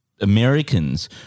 Americans